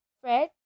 Fred